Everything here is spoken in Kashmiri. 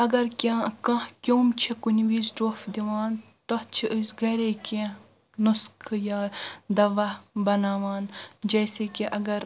اگر کینٛہہ کانٛہہ کیوٚم چھُ کُنہِ وِزِ ٹۄپھ دِوان تتھ چھِ أسۍ گرے کینٛہہ نُسخہٕ یا دوا بناوان جیسے کہِ اگر